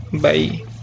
Bye